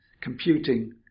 computing